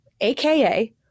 AKA